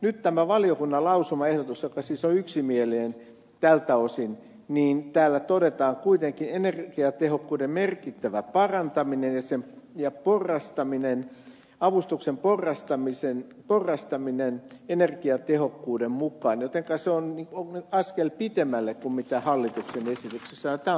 nyt valiokunnan lausumaehdotuksessa joka siis on yksimielinen tältä osin todetaan kuitenkin energiatehokkuuden merkittävä parantaminen ja porrastaminen avustuksen porrastaminen energiatehokkuuden mukaan jotenka se on askel pitemmälle kuin hallituksen esityksessä jotta